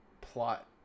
plot